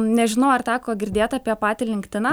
nežinau ar teko girdėt apie patį linktdiną